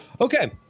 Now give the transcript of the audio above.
Okay